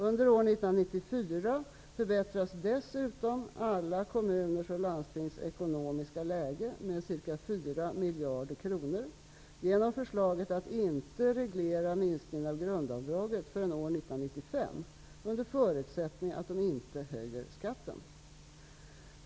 Under år 1994 förbättras dessutom alla kommuners och landstings ekonomiska läge med ca 4 miljarder kronor genom förslaget att inte reglera minskningen av grundavdraget förrän år 1995, under förutsättning att de inte höjer skatten.